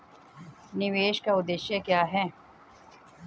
निवेश का उद्देश्य क्या है?